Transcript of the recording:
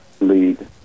lead